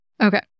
Okay